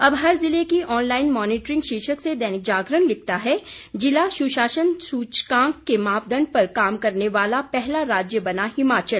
अब हर जिले की ऑनलाइन मॉनिटरिंग शीर्षक से दैनिक जागरण लिखता है जिला सुशासन सूचकांक के मापदंड पर काम करने वाला पहला राज्य बना हिमाचल